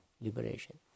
liberation